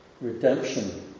Redemption